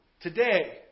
today